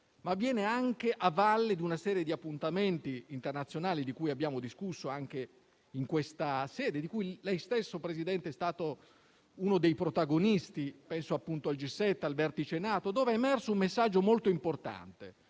avviene anche a valle di una serie di appuntamenti internazionali, di cui abbiamo discusso anche in questa sede e di cui lei stesso, Presidente, è stato uno dei protagonisti. Penso, appunto, al G7 e al vertice della NATO, in cui è emerso un messaggio molto importante,